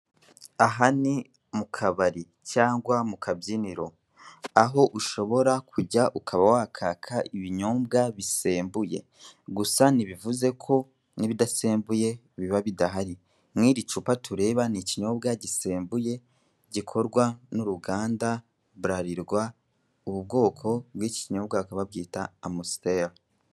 Aha ni mu kabari cyangwa mu kabyiniro, aho ushobora kujya ukaba wakwaka ibinyobwa bisembuye, gusa ntibivuze ko n'ibidasembuye biba bidahari. Mu iri cupa tureba, ni ikinyobwa gisembuye gikorwa n'uruganda Buralirwa, ubu bwoko bw'iki kinyobwa bakaba babwita Amusiteri.